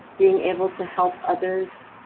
being able to help others.